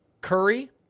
Curry